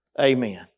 Amen